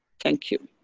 thank you.